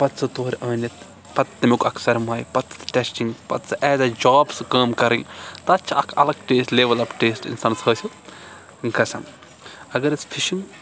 پَتہٕ سُہ تورٕ أنِتھ پَتہٕ تمیُک اَکھ سَرمایہِ پَتہٕ سہٕ تَچنۍ پَتہٕ سہٕ ایز اےٚ جاب سُہ کٲم کَرٕنۍ تَتھ چھِ اَکھ اَلَگ ٹیسٹ لِوَل اَپ ٹیسٹہٕ اِنسانَس حٲصِل گَژھان اَگر أسۍ فِشنٛگ